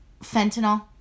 Fentanyl